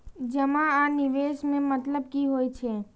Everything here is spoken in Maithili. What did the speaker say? जमा आ निवेश में मतलब कि होई छै?